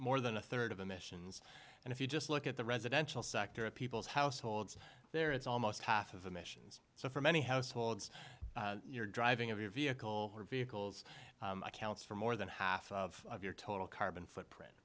more than a third of the missions and if you just look at the residential sector of people's households there it's almost half of the missions so for many households you're driving a vehicle or vehicles accounts for more than half of your total carbon footprint